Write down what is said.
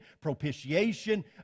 propitiation